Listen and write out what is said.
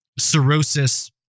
cirrhosis